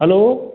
hello